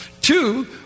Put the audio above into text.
Two